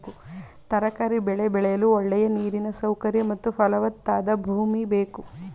ತರಕಾರಿ ಬೆಳೆ ಬೆಳೆಯಲು ಒಳ್ಳೆಯ ನೀರಿನ ಸೌಕರ್ಯ ಮತ್ತು ಫಲವತ್ತಾದ ಭೂಮಿ ಬೇಕು